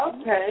Okay